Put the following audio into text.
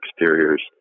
exteriors